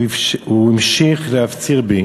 הוא המשיך להפציר בי